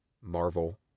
Marvel+